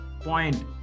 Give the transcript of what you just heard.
point